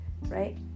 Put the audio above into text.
right